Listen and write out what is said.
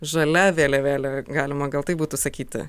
žalia vėliavėlė galima gal taip būtų sakyti